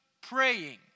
praying